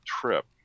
trip